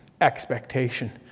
expectation